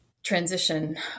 transition